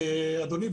אדוני,